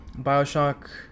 bioshock